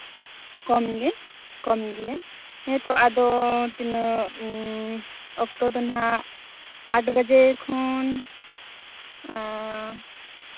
ᱠᱚᱢ ᱜᱮ ᱠᱚᱢ ᱜᱮᱭᱟ ᱦᱮᱸᱛᱚ ᱟᱫᱚ ᱛᱤᱱᱟᱹᱜ ᱚᱠᱛᱚ ᱫᱚ ᱱᱟᱦᱟᱸᱜ ᱟᱴ ᱵᱟᱡᱮ ᱠᱷᱚᱱ